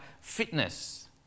fitness